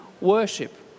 worship